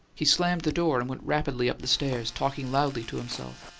he slammed the door and went rapidly up the stairs, talking loudly to himself.